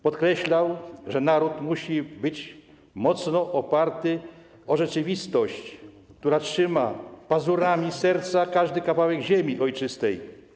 Podkreślał, że naród musi być mocno oparty o rzeczywistość, która trzyma pazurami serca każdy kawałek ziemi ojczystej.